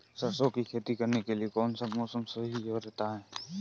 सरसों की खेती करने के लिए कौनसा मौसम सही रहता है?